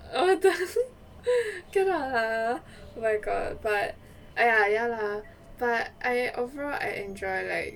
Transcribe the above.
what the cannot lah oh my god but !aiya! ya lah but I overall I enjoy like